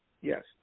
Yes